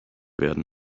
werden